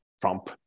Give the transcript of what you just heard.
Trump